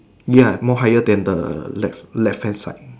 ya more higher than the left left hand side